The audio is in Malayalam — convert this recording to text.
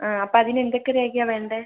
ആ അപ്പോൾ അതിന് എന്തൊക്കെ രേഖയാണ് വേണ്ടത്